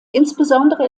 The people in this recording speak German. insbesondere